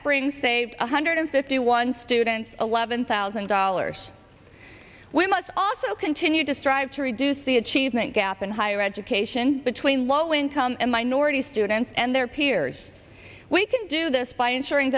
spring save one hundred fifty one students eleven thousand dollars we must also continue to strive to reduce the itchy evening gap in higher education between low income and minority students and their peers we can do this by ensuring